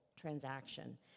transaction